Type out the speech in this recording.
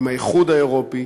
עם האיחוד האירופי,